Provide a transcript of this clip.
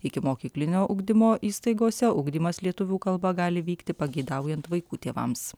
ikimokyklinio ugdymo įstaigose ugdymas lietuvių kalba gali vykti pageidaujant vaikų tėvams